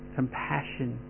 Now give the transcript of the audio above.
compassion